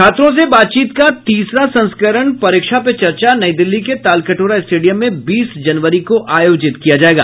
छात्रों से बातचीत का तीसरा संस्करण परीक्षा पे चर्चा नई दिल्ली के तालकटोरा स्टेडियम में बीस जनवरी को आयोजित किया जायेगा